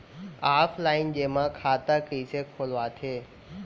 Offline जेमा खाता कइसे खोलवाथे?